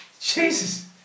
Jesus